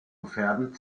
gefährden